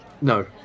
No